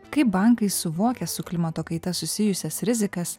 kai bankai suvokia su klimato kaita susijusias rizikas